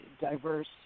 Diverse